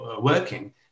working